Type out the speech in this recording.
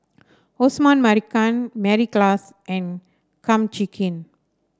Osman Merican Mary Klass and Kum Chee Kin